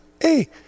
Hey